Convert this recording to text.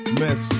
mess